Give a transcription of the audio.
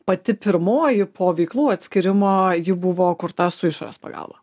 pati pirmoji po veiklų atskyrimo ji buvo kurta su išorės pagalba